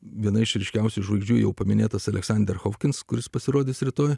viena iš ryškiausių žvaigždžių jau paminėtas aleksander hopkins kuris pasirodys rytoj